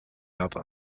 other